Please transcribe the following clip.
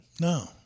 No